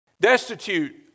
Destitute